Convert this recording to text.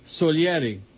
Solieri